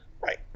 Right